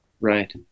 Right